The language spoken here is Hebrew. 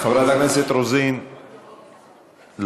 חברת הכנסת רוזין אינה נוכחת,